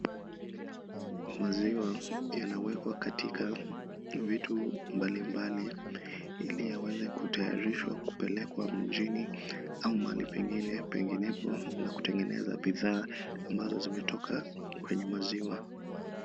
Maziwa yanawekwa katika vitu mbalimbali ili yaweze kutayarishwa kupelekwa mjini au mahali pengine penginepo na kutengeneza bidhaa ambazo zimetoka kwenye maziwa.